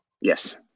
Yes